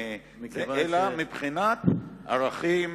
אלא מבחינת ערכים,